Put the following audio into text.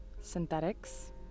Synthetics